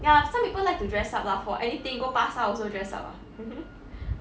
ya some people like to dress up lah for anything go 巴刹 also dress up lah